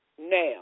now